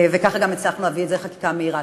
וככה גם הצלחנו להביא את זה לחקיקה מהירה.